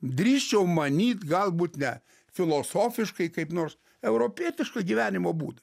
drįsčiau manyti galbūt ne filosofiškai kaip nors europietišką gyvenimo būdą